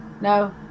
No